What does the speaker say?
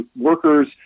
workers